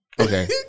Okay